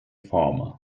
farmer